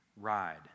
ride